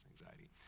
anxiety